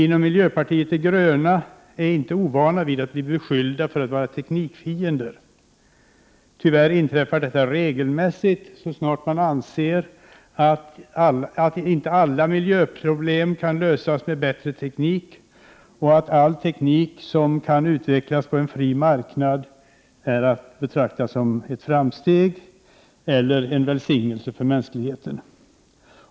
Inom miljöpartiet de gröna är vi inte ovana vid att bli beskyllda för att vara teknikfiender. Tyvärr inträffar detta regelmässigt, så snart man inte anser att alla miljöproblem kan lösas med bättre teknik eller att all teknik som kan utvecklas på en fri marknad är att betrakta som framsteg eller som en välsignelse för mänskligheten.